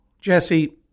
Jesse